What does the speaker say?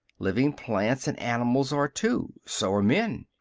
living plants and animals are, too. so are men.